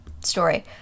story